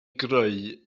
greu